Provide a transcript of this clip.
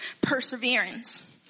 perseverance